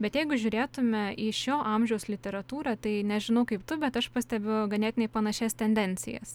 bet jeigu žiūrėtume į šio amžiaus literatūrą tai nežinau kaip tu bet aš pastebiu ganėtinai panašias tendencijas